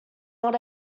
not